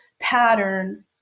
pattern